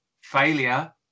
failure